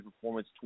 performance